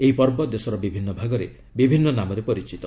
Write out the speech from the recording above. ଏହି ପର୍ବ ଦେଶର ବିଭିନ୍ନ ଭାଗରେ ବିଭିନ୍ନ ନାମରେ ପରିଚିତ